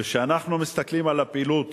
וכשאנחנו מסתכלים על הפעילות